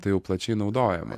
tai jau plačiai naudojama